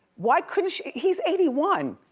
why couldn't she? he's eighty one.